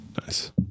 nice